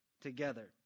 together